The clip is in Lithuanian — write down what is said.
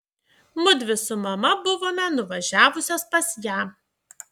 mudvi su mama buvome nuvažiavusios pas ją